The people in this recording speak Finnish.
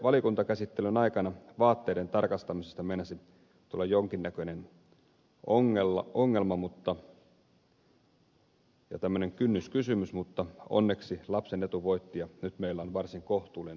valiokuntakäsittelyn aikana vaatteiden tarkastamisesta meinasi tulla jonkinnäköinen ongelma ja tämmöinen kynnyskysymys mutta onneksi lapsen etu voitti ja nyt meillä on varsin kohtuullinen ratkaisu